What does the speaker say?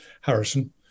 Harrison